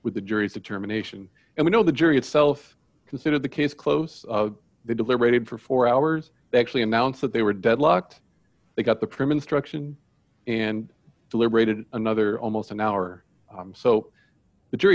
with the jury's determination and we know the jury itself consider the case closed they deliberated for four hours actually announce that they were deadlocked they got the prim instruction and deliberated another almost an hour so the jury